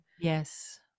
yes